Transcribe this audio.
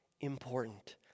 important